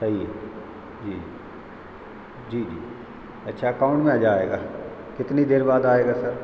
सही है जी जी जी अच्छा अकाउंट में आ जाएगा कितनी देर बाद आएगा सर